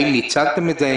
האם ניצלתם את זה?